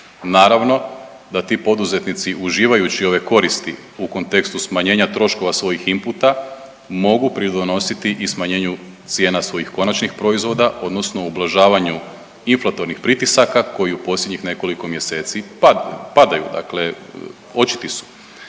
Naravno da ti poduzetnici uživajući ove koristi u kontekstu smanjenja troškova svojih inputa mogu pridonositi i smanjenju cijena svojih konačnih proizvoda, odnosno ublažavanju inflatornih pritisaka koji u posljednjih nekoliko mjeseci padaju. Dakle, očiti su.